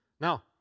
Now